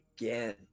again